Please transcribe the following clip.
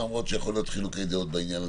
למרות שיכולות להיות חילוקי דעות בעניין הזה,